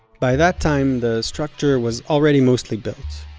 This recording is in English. by that time, the structure was already mostly built.